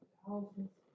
thousands